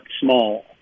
small